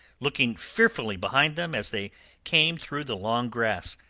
looking fearfully behind them as they came through the long grass,